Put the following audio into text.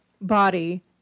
body